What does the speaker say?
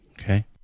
Okay